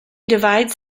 divides